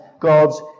God's